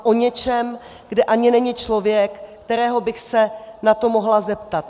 O něčem, kde ani není člověk, kterého bych se na to mohla zeptat.